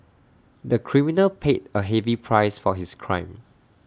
the criminal paid A heavy price for his crime